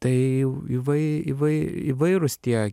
tai įvai įvai įvairūs tie